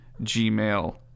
Gmail